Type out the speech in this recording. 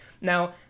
now